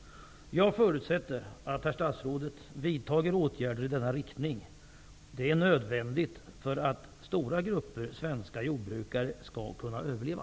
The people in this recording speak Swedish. Jag förutsätter att herr statsrådet vidtar åtgärder i denna riktning. Det är nödvändigt för att stora grupper svenska jordbrukare skall kunna överleva.